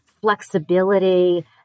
flexibility